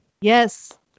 yes